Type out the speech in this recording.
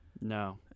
No